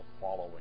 following